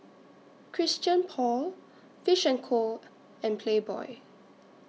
Christian Paul Fish and Co and Playboy